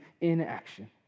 inaction